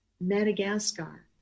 Madagascar